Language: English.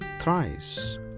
thrice